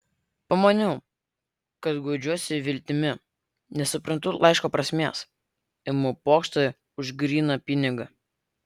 pamaniau kad guodžiuosi viltimi nesuprantu laiško prasmės imu pokštą už gryną pinigą